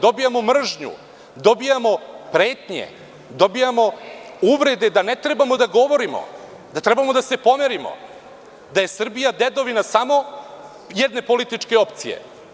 Dobijamo mržnju, dobijamo pretnje, dobijamo uvrede da ne trebamo da govorimo, da trebamo da se pomerimo, da je Srbija samo dedovina samo jedne političke opcije.